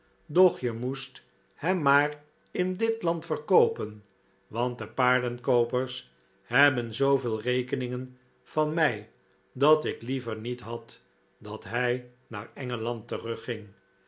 je moest hem maar in dit land verkoopen want de paardenkpopers hebben zooveel rekeningen van mij dat ik liever niet had dat hij naar engeland terugging